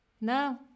no